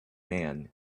man